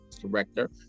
Director